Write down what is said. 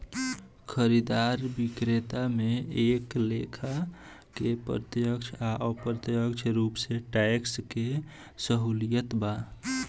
खरीदा बिक्री में एक लेखा के प्रत्यक्ष आ अप्रत्यक्ष रूप से टैक्स के सहूलियत बा